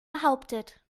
behauptet